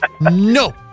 No